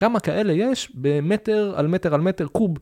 כמה כאלה יש במטר על מטר על מטר קוב.